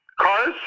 cars